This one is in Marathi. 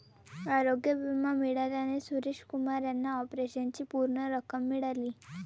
आरोग्य विमा मिळाल्याने सुरेश कुमार यांना ऑपरेशनची पूर्ण रक्कम मिळाली